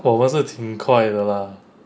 我是挺快的啦